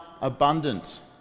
abundant